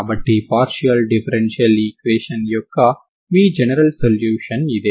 కాబట్టి partial differential equation యొక్క మీ జనరల్ సొల్యూషన్ ఇదే